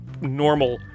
normal